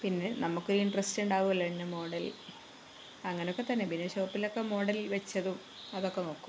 പിന്നെ നമുക്കൊരു ഇൻട്രസ്റ്റ് ഉണ്ടാവുമല്ലോ ഇന്ന മോഡൽ അങ്ങനൊക്കെ തന്നെ പിന്നെ ഷോപ്പിലൊക്കെ മോഡൽ വച്ചതും അതൊക്കെ നോക്കും